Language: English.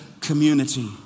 community